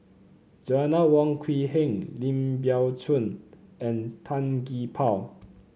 Joanna Wong Quee Heng Lim Biow Chuan and Tan Gee Paw